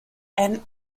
and